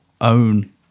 own